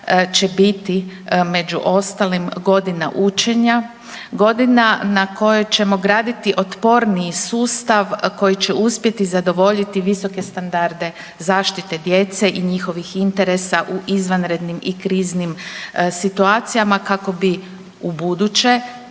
će biti među ostalim godina učenja, godina na kojoj ćemo graditi otporniji sustav koji je uspjeti zadovoljiti visoke standarde zaštite djece i njihovih interesa u izvanrednim i kriznim situacijama kako bi ubuduće